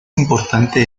importante